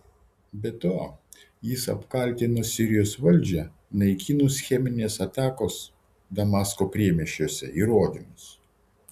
be to jis apkaltino sirijos valdžią naikinus cheminės atakos damasko priemiesčiuose įrodymus